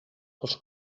els